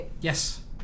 Yes